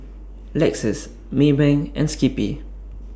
Lexus Maybank and Skippy